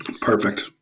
Perfect